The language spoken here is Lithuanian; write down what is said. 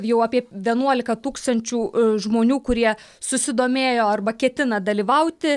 jau apie vienuolika tūkstančių žmonių kurie susidomėjo arba ketina dalyvauti